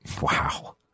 Wow